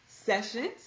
Sessions